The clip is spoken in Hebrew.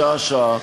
שעה-שעה,